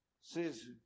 says